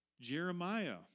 Jeremiah